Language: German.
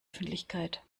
öffentlichkeit